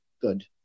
good